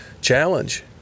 challenge